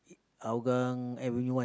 Hougang everyone